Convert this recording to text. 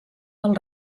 del